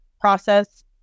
process